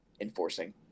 enforcing